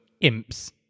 Imps